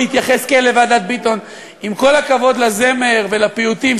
בהתייחס לוועדת ביטון: עם כל הכבוד לזמר ולפיוטים,